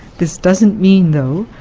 this doesn't mean, know,